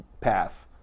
path